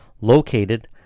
located